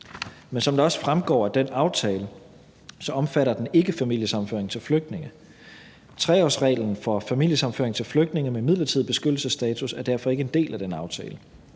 Men som det også fremgår af den aftale, omfatter den ikke familiesammenføring til flygtninge. 3-årsreglen for familiesammenføring til flygtninge med midlertidig beskyttelsesstatus er derfor ikke en del af den aftale.